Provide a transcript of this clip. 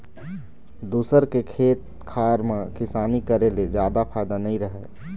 दूसर के खेत खार म किसानी करे ले जादा फायदा नइ रहय